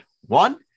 One